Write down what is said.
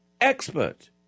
Expert